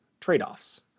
trade-offs